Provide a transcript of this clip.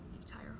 entire